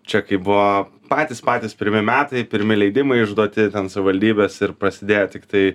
čia kai buvo patys patys pirmi metai pirmi leidimai išduoti savivaldybės ir prasidėjo tiktai